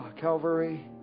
Calvary